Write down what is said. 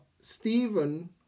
Stephen